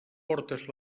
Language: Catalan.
portes